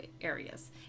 areas